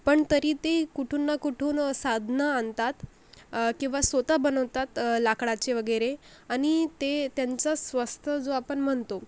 पण तरी ते कुठून ना कुठून साधनं आणतात किंवा स्वत बनवतात लाकडाचे वगैरे आणी ते त्यांचं स्वास्थ्य जो आपण म्हणतो